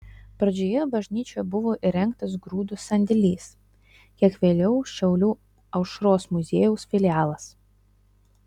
pradžioje bažnyčioje buvo įrengtas grūdų sandėlis kiek vėliau šiaulių aušros muziejaus filialas